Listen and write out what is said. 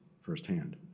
firsthand